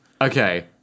Okay